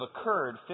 occurred